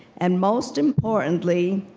and most importantly,